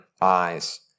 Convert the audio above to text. eyes